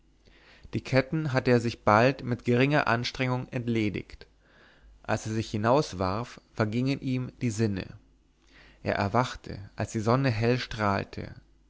der ketten hatte er sich bald mit geringer anstrengung entledigt als er sich hinauswarf vergingen ihm die sinne er erwachte als die sonne hell strahlte